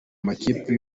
makipe